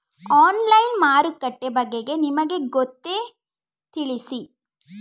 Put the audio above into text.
Online ಮಾರುಕಟ್ಟೆ ಬಗೆಗೆ ನಿಮಗೆ ಗೊತ್ತೇ? ತಿಳಿಸಿ?